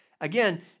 Again